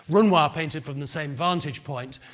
renoir painted from the same vantage point,